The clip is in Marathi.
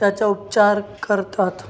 त्याचा उपचार करतात